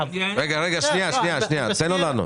רגע, תן לו לענות.